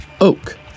Oak